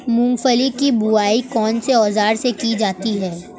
मूंगफली की बुआई कौनसे औज़ार से की जाती है?